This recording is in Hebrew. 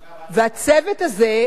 אין